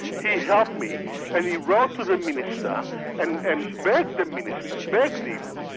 he helped me and he wrote to the minister and and begged the minister, begged him,